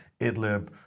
Idlib